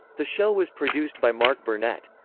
the show was produced by mark burnett.